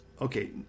Okay